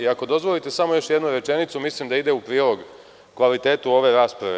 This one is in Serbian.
Ako dozvolite samo još jednu rečenicu, a mislim da ide u prilog kvalitetu ove rasprave.